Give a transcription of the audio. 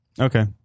Okay